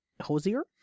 Hosier